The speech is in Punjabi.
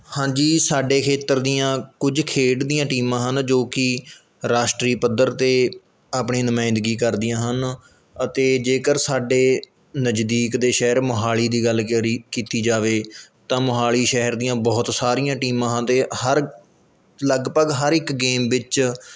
ਹਾਂਜੀ ਸਾਡੇ ਖੇਤਰ ਦੀਆਂ ਕੁੱਝ ਖੇਡ ਦੀਆਂ ਟੀਮਾਂ ਹਨ ਜੋ ਕਿ ਰਾਸ਼ਟਰੀ ਪੱਧਰ 'ਤੇ ਆਪਣੀ ਨੁਮਾਇੰਦਗੀ ਕਰਦੀਆਂ ਹਨ ਅਤੇ ਜੇਕਰ ਸਾਡੇ ਨਜ਼ਦੀਕ ਦੇ ਸ਼ਹਿਰ ਮੋਹਾਲੀ ਦੀ ਗੱਲ ਕਰੀ ਕੀਤੀ ਜਾਵੇ ਤਾਂ ਮੋਹਾਲੀ ਸ਼ਹਿਰ ਦੀਆਂ ਬਹੁਤ ਸਾਰੀਆਂ ਟੀਮਾਂ ਦੇ ਹਰ ਲਗਭਗ ਹਰ ਇੱਕ ਗੇਮ ਵਿੱਚ